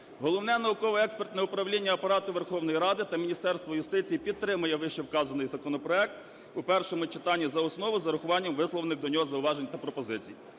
Головне науково-експертне управління Апарату Верховної Ради України та Міністерство юстиції підтримує вищевказаний законопроект в першому читанні за основу з врахуванням висловлених до нього зауважень та пропозицій.